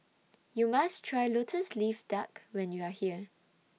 YOU must Try Lotus Leaf Duck when YOU Are here